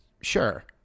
Sure